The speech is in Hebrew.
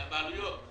זה ממש לא יכול להיות.